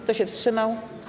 Kto się wstrzymał?